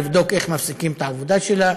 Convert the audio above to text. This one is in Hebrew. לבדוק איך מפסיקים את העבודה שלה